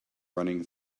running